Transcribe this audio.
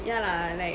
yeah lah like